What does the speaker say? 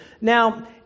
Now